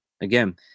again